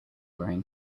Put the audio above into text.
wearing